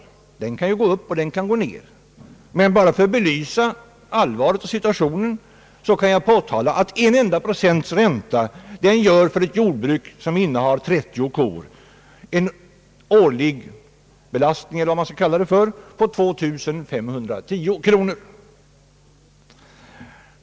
Räntan kan gå upp och kan gå ned, men bara för att belysa allvaret i situationen kan jag nämna att en enda procent för ett jordbruk med 30 kor motsvarar en utgift på 2510 kronor.